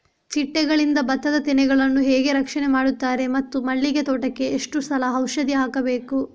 ಚಿಟ್ಟೆಗಳಿಂದ ಭತ್ತದ ತೆನೆಗಳನ್ನು ಹೇಗೆ ರಕ್ಷಣೆ ಮಾಡುತ್ತಾರೆ ಮತ್ತು ಮಲ್ಲಿಗೆ ತೋಟಕ್ಕೆ ಎಷ್ಟು ಸಲ ಔಷಧಿ ಹಾಕಬೇಕು?